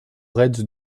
reds